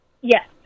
Yes